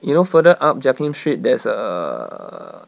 you know further up jiak kim street there's a